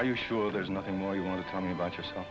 are you sure there's nothing more you want to tell me about yourself